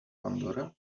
pandora